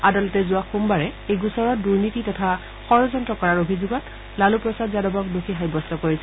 আদালতে যোৱা সোমবাৰে এই গোচৰত দুৰ্নীতি তথা ষড়যন্ত্ৰ কৰাৰ অভিযোগত লালু প্ৰসাদক দোষী সাব্যস্ত কৰিছিল